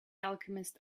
alchemist